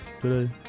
today